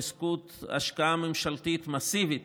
בזכות השקעה ממשלתית מסיבית